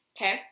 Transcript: Okay